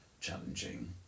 challenging